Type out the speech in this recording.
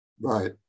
Right